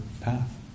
path